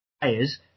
players